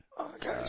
Okay